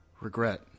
Regret